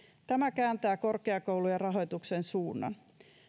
tämä kääntää korkeakoulujen rahoituksen suunnan